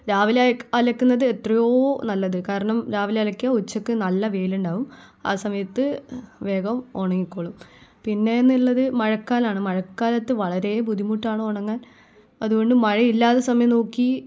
രാവിലെ അലക്കുന്നത് എത്രയോ നല്ലത് കാരണം രാവിലെ അലക്കിയാൽ ഉച്ചയ്ക്ക് നല്ല വെയിലുണ്ടാവും ആ സമയത്ത് വേഗം ഉണങ്ങിക്കോളും പിന്നെയൊന്നുള്ളത് മഴക്കാലമാണ് മഴക്കാലത്ത് വളരേ ബുദ്ധിമുട്ടാണ് ഉണങ്ങാൻ അതുകൊണ്ട് മഴ ഇല്ലാതെ സമയം നോക്കി